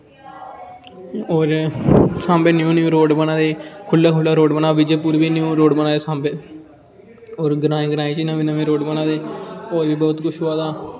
होर Samba new new road बना दे खुल्ला खुल्ला रोड़ बना दा विजयपुर बी न्यू रोड़ बना दे सांबे होर ग्रांएं ग्रांएं च नमें नमें रोड़ बना दे होर बी बहुत कुछ होआ दा